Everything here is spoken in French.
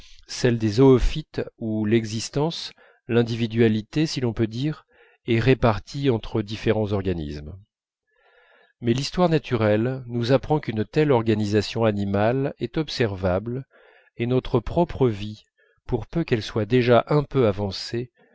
celle des zoophytes où l'existence l'individualité si l'on peut dire est répartie entre différents organismes mais l'histoire naturelle nous apprend qu'une telle organisation animale est observable et que notre propre vie pour peu qu'elle soit déjà un peu avancée